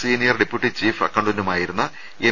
senior deputy chief അക്കൌണ്ടന്റുമായിരുന്ന M